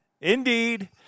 Indeed